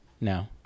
no